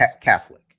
Catholic